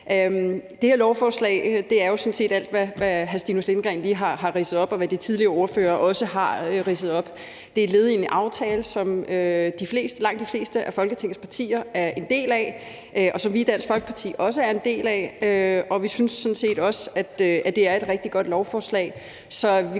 Det her lovforslag er jo sådan set alt, hvad hr. Stinus Lindgreen lige har ridset op, og hvad de tidligere ordførere også har ridset op. Det er led i en aftale, som langt de fleste af Folketingets partier er en del af, og som vi i Dansk Folkeparti også er en del af, og vi synes sådan set også, at det er et rigtig godt lovforslag.